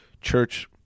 church